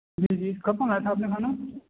جی جی کب منگایا تھا آپ نے کھانا